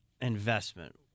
investment